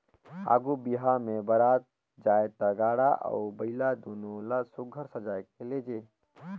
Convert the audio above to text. आघु बिहा मे बरात जाए ता गाड़ा अउ बइला दुनो ल सुग्घर सजाए के लेइजे